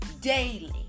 daily